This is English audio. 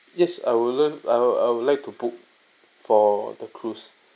yes I will learn I I would I would like to book for the cruise